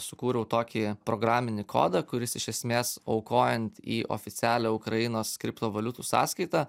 sukūriau tokį programinį kodą kuris iš esmės aukojant į oficialią ukrainos kriptovaliutų sąskaitą